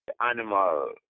animal